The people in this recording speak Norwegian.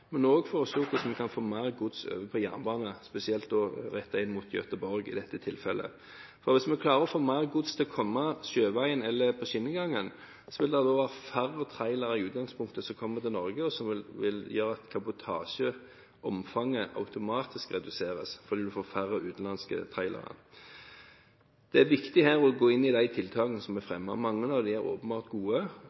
og for å se hvordan en kan få mer gods over på jernbane – spesielt, i dette tilfellet, rettet inn mot Gøteborg. Hvis vi klarer å få mer gods til å komme sjøveien eller på skinnegangen, ville det i utgangspunktet være færre trailere som kom til Norge, og det vil gjøre at kabotasjeomfanget automatisk reduseres, fordi vi ville få færre utenlandske trailere. Det er viktig her å gå inn i de tiltakene som er fremmet. Mange av dem er åpenbart gode